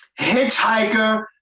hitchhiker